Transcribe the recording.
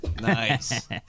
nice